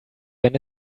wenn